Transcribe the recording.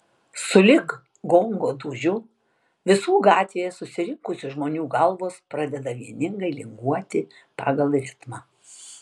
sulig gongo dūžiu visų gatvėje susirinkusių žmonių galvos pradeda vieningai linguoti pagal ritmą